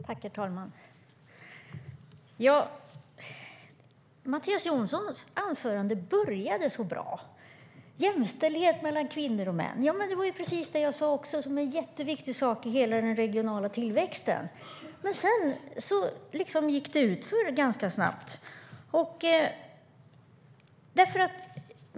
Herr talman! Mattias Jonssons anförande började så bra, med jämställdhet mellan kvinnor och män - detta är precis vad jag också tog upp som en jätteviktig sak i hela den regionala tillväxten - men sedan gick det utför ganska snabbt.